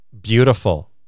beautiful